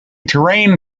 terrain